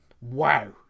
wow